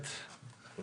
21 יום.